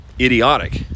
idiotic